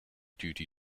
duty